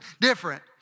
different